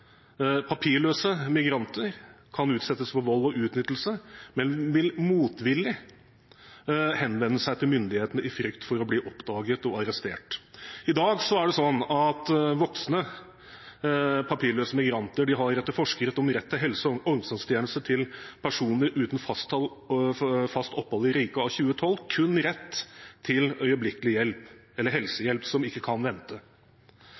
Papirløse migranter kan utsettes for vold og utnyttelse, men vil motvillig henvende seg til myndighetene, i frykt for å bli oppdaget og arrestert. I dag er det sånn at voksne papirløse migranter, etter forskrift om rett til helse- og omsorgstjenester til personer uten fast opphold i riket av 2012, kun har rett til øyeblikkelig hjelp eller helsehjelp som ikke kan vente.